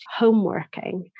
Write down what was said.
homeworking